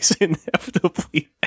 inevitably